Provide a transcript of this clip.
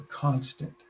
constant